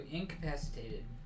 incapacitated